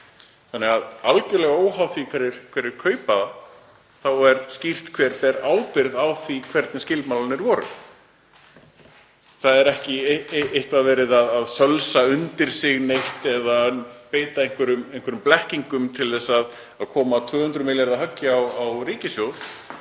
bréfa. Algjörlega óháð því hverjir kaupa þá er skýrt hver ber ábyrgð á því hvernig skilmálarnir voru. Það er enginn að sölsa undir sig neitt eða beita einhverjum blekkingum til að koma 200 milljarða höggi á ríkissjóð.